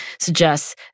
suggests